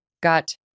got